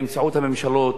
באמצעות הממשלות,